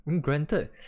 granted